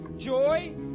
joy